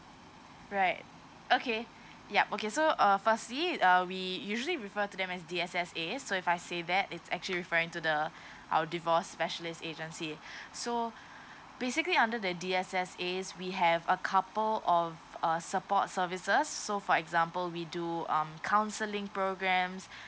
right okay yup okay so uh firstly uh we usually refer to them D_S_S_A so if I say that it's actually referring to the our divorce specialist agency so basically under the the D_S_S_A we have a couple of uh support services so for example we do um counselling programs